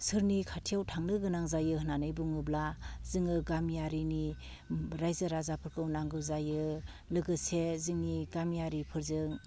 सोरनि खाथियाव थांनो गोनां जायो होननानै बुङोब्ला जोङो गामियारिनि रायजो राजाफोरखौ नांगौ जायो लोगोसे जोंनि गामियारिफोरजों